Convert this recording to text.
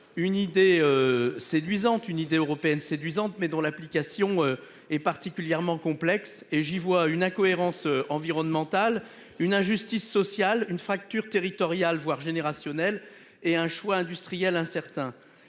une idée européenne séduisante mais dont l'application est particulièrement complexe et j'y vois une incohérence environnementale une injustice sociale une fracture territoriale voire générationnel et un choix industriel incertain